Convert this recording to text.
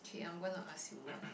okay I'm gonna ask you one